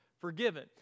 forgiven